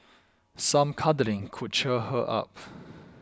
some cuddling could cheer her up